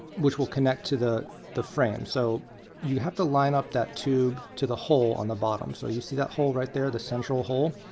which will connect to the the frame. so you have to line up that tube to the hole on the bottom. so you see that hole right there, the central hole.